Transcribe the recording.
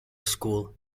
school